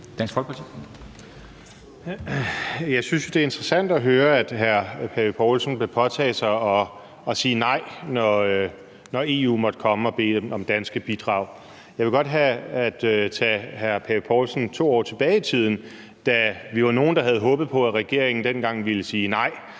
(DF) : Jeg synes jo, det er interessant at høre, at hr. Søren Pape Poulsen vil påtage sig at sige nej, når EU måtte komme og bede om danske bidrag. Jeg vil godt tage hr. Søren Pape Poulsen 2 år tilbage i tiden, da vi var nogle, der havde håbet på, at regeringen dengang ville sige nej